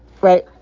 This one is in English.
right